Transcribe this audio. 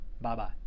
Bye-bye